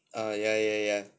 ah ya ya ya